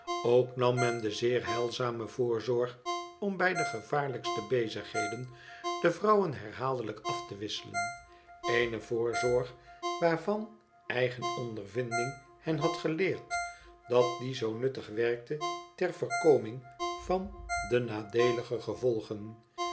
ook nam men de zeer heilzame voorzorg om bij de gevaarlijkste bezigheden de vrouwen herhaaldelijk af te wisselen eene voorzorg waarvan eigen ondervinding hen had geleerd dat die zoo nuttig werkte ter voorkoming van de nadeelige gevolgen